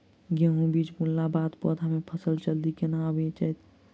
गेंहूँ बीज बुनला बाद पौधा मे फसल जल्दी केना आबि जाइत?